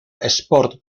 sport